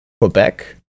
Quebec